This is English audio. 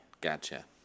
gotcha